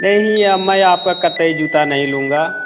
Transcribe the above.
नहीं अब में आपका कतई जूता नहीं लूँगा